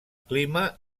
clima